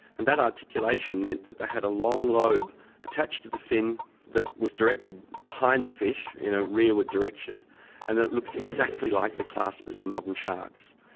and that articulation meant that they had a long lobe attached to the fin that was directed behind the fish in a rearward direction and that looks exactly like the claspers in modern sharks.